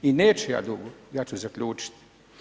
I neću ja dugo, ja ću zaključiti.